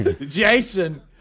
Jason